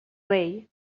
rei